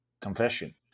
confession